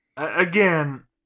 Again